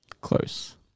Close